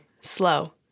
slow